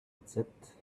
rezept